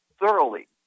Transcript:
thoroughly